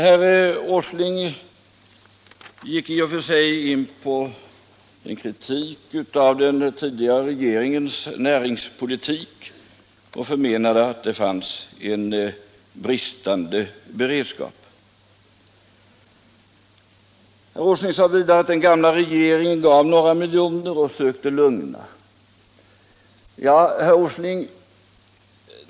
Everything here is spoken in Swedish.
Herr Åsling gick i och för sig in på en kritik av den tidigare regeringens näringspolitik och förmenade att den hade en bristande beredskap. Herr Åsling sade vidare att den gamla regeringen anslog några miljoner i lugnande syfte. Herr Åsling!